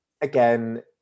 again